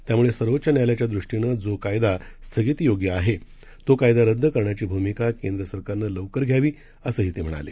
त्यामुळे सर्वोच्च न्यायालयाच्या दृष्टीनं जो कायदा स्थगितीयोग्य आहे तो कायदा रद्द करण्याची भूमिका केंद्र सरकारनं लवकरच घ्यावी असंही ते म्हणाले